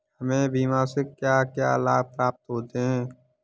हमें बीमा से क्या क्या लाभ प्राप्त होते हैं?